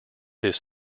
his